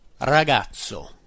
Ragazzo